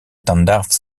tandarts